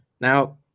now